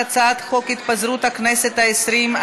על הצעת חוק התפזרות הכנסת העשרים,